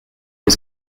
was